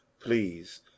please